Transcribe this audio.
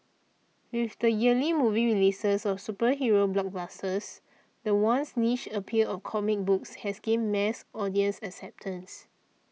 with the yearly movie releases of superhero blockbusters the once niche appeal of comic books has gained mass audience acceptance